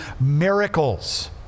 miracles